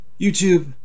YouTube